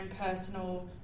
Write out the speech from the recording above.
personal